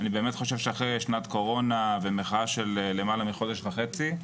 אני באמת חושב שאחרי שנת קורונה ומחאה של שלמעלה מחודש וחצי,